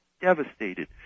devastated